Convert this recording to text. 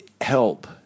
Help